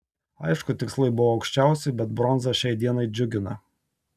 aišku tikslai buvo aukščiausi bet bronza šiai dienai džiugina